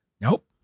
Nope